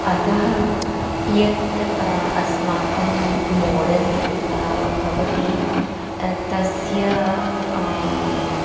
अतः यत् अस्माकं मोडल् भवति तस्य